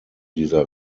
dieser